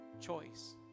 choice